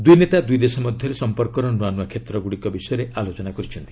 ଦୁଇ ନେତା ଦୁଇ ଦେଶ ମଧ୍ୟରେ ସମ୍ପର୍କର ନୂଆ ନୁଆ କ୍ଷେତ୍ରଗୁଡ଼ିକ ବିଷୟରେ ଆଲୋଚନା କରିଛନ୍ତି